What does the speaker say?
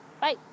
Bye